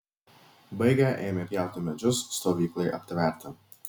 baigę ėmė pjauti medžius stovyklai aptverti